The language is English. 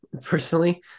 personally